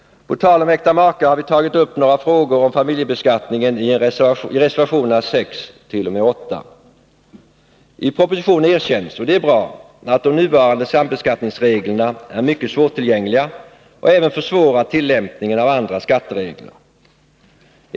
På tal om makar har vi tagit upp några frågor om familjebeskattningen i reservationerna 6-8. I propositionen erkänns — och det är bra — att de nuvarande sambeskattningsreglerna är mycket svårtillgängliga och även försvårar tillämpningen av andra skatteregler.